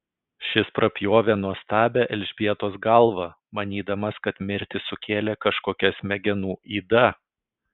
šis prapjovė nuostabią elžbietos galvą manydamas kad mirtį sukėlė kažkokia smegenų yda